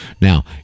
Now